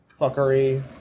fuckery